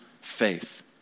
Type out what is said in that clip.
faith